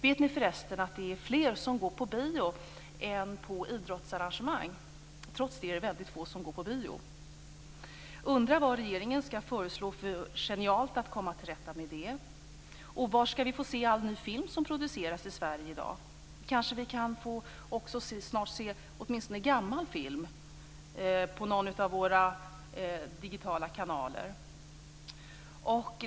Vet ni förresten att det är fler som går på bio än på idrottsarrangemang? Ändå är det väldigt få som går på bio. Jag undrar vad regeringen skall föreslå för genialt för att komma till rätta med det. Var skall vi se all ny film som produceras i Sverige i dag? Kanske vi snart kan få se åtminstone någon gammal film på någon av våra digitala kanaler.